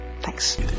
Thanks